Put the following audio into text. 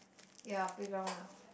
ya playground lah